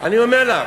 אני אומר לך,